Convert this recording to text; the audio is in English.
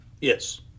Yes